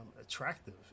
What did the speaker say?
attractive